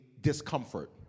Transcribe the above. discomfort